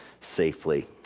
safely